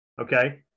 Okay